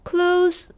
Close